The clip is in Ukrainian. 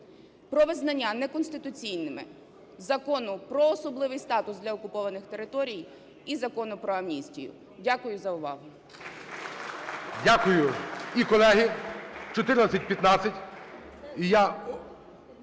про визнання неконституційними Закону про особливий статус для окупованих територій і Закону про амністію. Дякую за увагу.